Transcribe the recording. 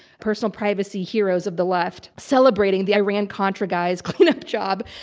personal privacy heroes of the left, celebrating the iran contra guy's cleanup job.